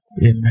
Amen